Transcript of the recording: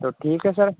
तो ठीक है सर